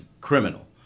criminal